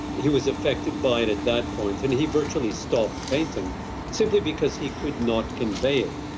he was affected by it at that point, and he virtually stopped painting simply because he could not convey it.